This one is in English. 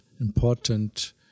important